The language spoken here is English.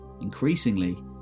increasingly